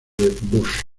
bush